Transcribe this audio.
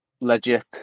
legit